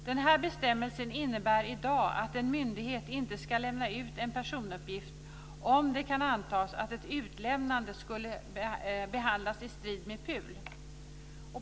Denna bestämmelse innebär i dag att en myndighet inte ska lämna ut en personuppgift om det kan antas att ett utlämnande skulle behandlas i strid med PUL.